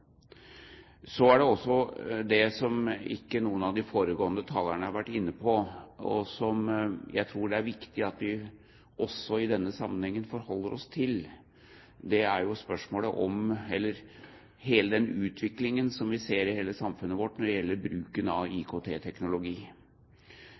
Så er det også det som ingen av de foregående talerne har vært inne på, og som jeg tror det er viktig at vi også i denne sammenhengen forholder oss til, nemlig den utviklingen vi ser i hele samfunnet vårt når det gjelder bruken av